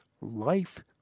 life